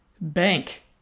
bank